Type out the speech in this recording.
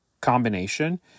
combination